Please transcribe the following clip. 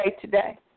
today